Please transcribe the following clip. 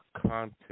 content